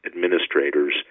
administrators